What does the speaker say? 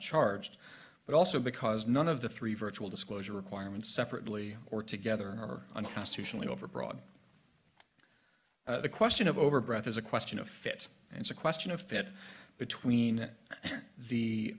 charged but also because none of the three virtual disclosure requirements separately or together are unconstitutionally overbroad the question of over breath is a question of fit and so question of fit between the